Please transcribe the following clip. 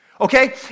okay